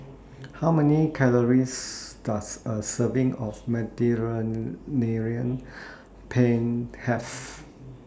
How Many Calories Does A Serving of Penne Have